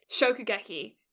Shokugeki